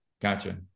Gotcha